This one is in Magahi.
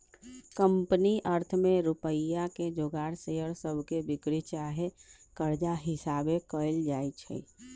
कंपनी अर्थ में रुपइया के जोगार शेयर सभके बिक्री चाहे कर्जा हिशाबे कएल जाइ छइ